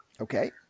Okay